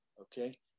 okay